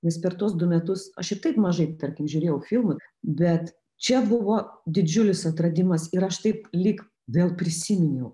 nes per tuos du metus aš ir taip mažai tarkim žiūrėjau filmų bet čia buvo didžiulis atradimas ir aš taip lyg vėl prisiminiau